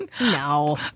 No